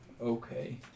Okay